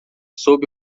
sob